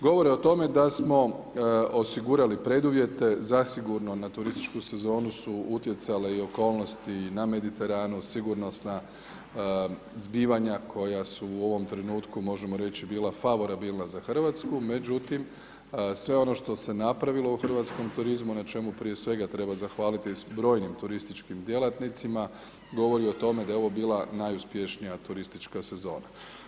Govore o tome da smo osigurali preduvjete zasigurno na turističku sezonu su utjecale i okolnosti na Mediteranu, sigurnosna zbivanja koja su u ovom trenutku možemo reći bila favorabilna za Hrvatsku, međutim sve ono što se napravilo u hrvatskom turizmu na čemu prije svega treba zahvaliti brojnim turističkim djelatnicima, govori o tome da je ovo bila najuspješnija turistička sezona.